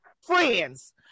friends